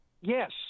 yes